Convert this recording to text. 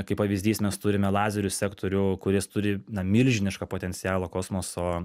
kaip pavyzdys mes turime lazerių sektorių kuris turi na milžinišką potencialą kosmoso